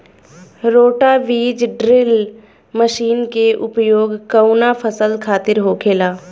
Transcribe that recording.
रोटा बिज drill machine के उपयोग कऊना फसल खातिर होखेला?